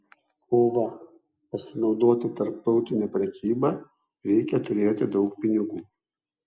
o va pasinaudoti tarptautine prekyba reikia turėti daug pinigų